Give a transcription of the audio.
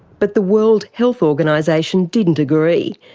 but the world health organisation didn't agree.